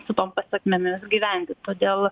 su tom pasekmėmis gyventi todėl